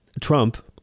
Trump